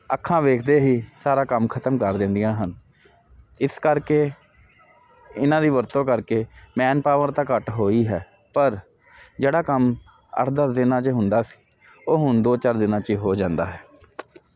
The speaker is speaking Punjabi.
ਅੱਖਾਂ ਵੇਖਦੇ ਹੀ ਸਾਰਾ ਕੰਮ ਖਤਮ ਕਰ ਦਿੰਦੀਆਂ ਹਨ ਇਸ ਕਰਕੇ ਇਨ੍ਹਾਂ ਦੀ ਵਰਤੋਂ ਕਰਕੇ ਮੈਨਪਾਵਰ ਤਾਂ ਘੱਟ ਹੋਈ ਹੈ ਪਰ ਜਿਹੜਾ ਕੰਮ ਅੱਠ ਦਸ ਦਿਨਾਂ 'ਚ ਹੁੰਦਾ ਸੀ ਉਹ ਹੁਣ ਦੋ ਚਾਰ ਦਿਨਾਂ 'ਚ ਹੀ ਹੋ ਜਾਂਦਾ ਹੈ